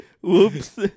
Whoops